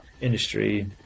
industry